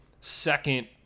second